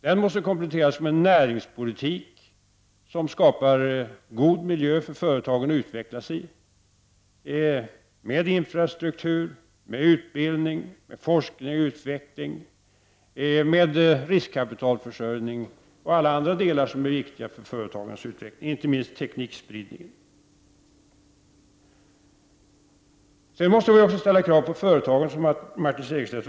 Den måste kompletteras med en näringspolitik som skapar god miljö för företagen att utvecklas i med bl.a. infrastruktur, utbildning, forskning och utveckling och med riskkapitalförsörjning och allt annat som är viktigt för företagens utveckling, inte minst teknikspridningen. Vi måste också ställa krav på företagen, vilket Martin Segerstedt berörde.